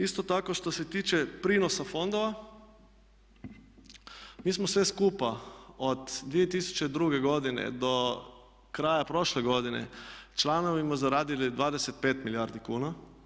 Isto tako što se tiče prinosa fondova mi smo sve skupa od 2002. godine do kraja prošle godine članovima zaradili 25 milijardi kuna.